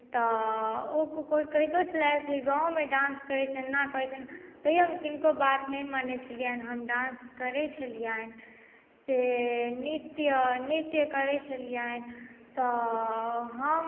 तऽ ओ कोइ कहितो छले से गाँवमे डांस करैत छै एना करैत छै तैयो हम किनको बात नहि मानैत छलियनि हम डांस करैत छलियनि से नित्य नित्य करैत छलियनि तऽ हम